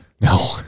No